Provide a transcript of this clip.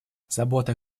забота